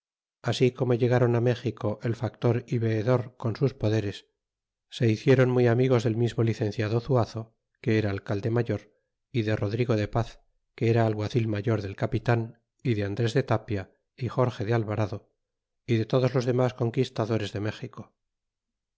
ansi como ilegron méxico el factor y veedor con sus poderes se hicieron muy amigos del mismo licenciado zuazo que era alcalde mayor y de rodrigo de paz que era alguacil mayor del capitan y de andres de tapia y jorge de alvarado y de todos los demas conquistadores de